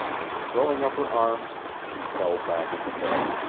and throwing up her arms she fell back on the bed.